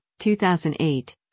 2008